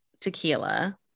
tequila